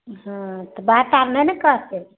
हँ तऽ बात आब नहि ने कहतै